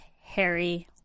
Harry